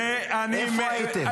איפה הייתם?